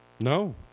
No